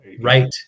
Right